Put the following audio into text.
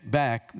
back